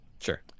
sure